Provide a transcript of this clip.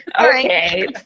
Okay